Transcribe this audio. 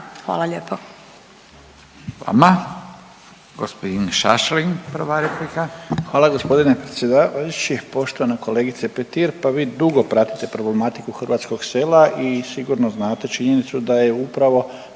prva replika. **Šašlin, Stipan (HDZ)** Hvala g. predsjedavajući. Poštovana kolegice Petir, pa vi dugo pratite problematiku hrvatskog sela i sigurno znate činjenicu da je upravo